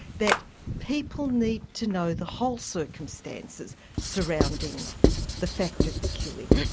that people need to know the whole circumstances surrounding the fact of the killing.